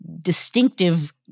distinctive